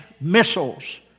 Missiles